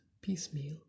piecemeal